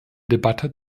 debatte